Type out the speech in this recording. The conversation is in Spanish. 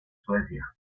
suecia